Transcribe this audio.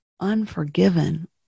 unforgiven